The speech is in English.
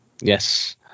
Yes